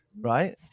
Right